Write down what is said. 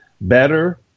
better